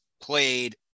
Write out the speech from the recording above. played